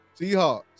Seahawks